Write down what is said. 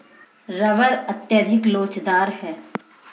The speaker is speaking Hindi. रबर अत्यधिक लोचदार है